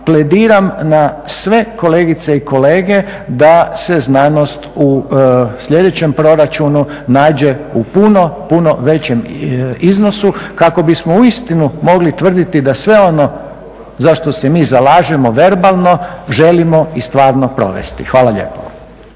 plediram na sve kolegice i kolege da se znanost u sljedećem proračunu nađe u puno, puno većem iznosu kako bismo uistinu mogli tvrditi da sve ono za što se mi zalažemo verbalno želimo i stvarno provesti. Hvala lijepo.